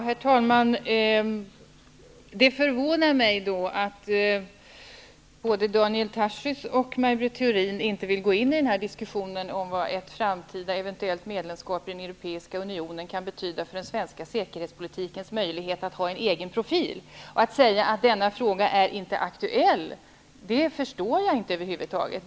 Herr talman! Det förvånar mig att varken Daniel Tarschys eller Maj Britt Theorin vill gå in i diskussionen om vad ett framtida eventuellt medlemskap i Europeiska unionen kan betyda för den svenska säkerhetspolitikens möjlighet till en egen profil. Jag förstår över huvud taget inte hur man kan säga att denna fråga inte är aktuell.